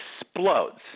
explodes